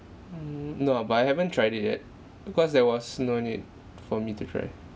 mm no ah but I haven't tried it yet because there was no need for me to try